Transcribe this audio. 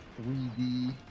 3D